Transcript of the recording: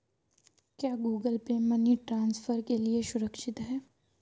क्या Google pay money transfer के लिए सुरक्षित है?